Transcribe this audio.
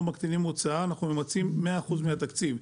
אנחנו ממצים מאה אחוז מהתקציב.